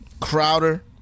Crowder